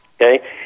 Okay